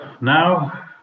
Now